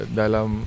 dalam